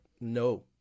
no